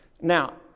Now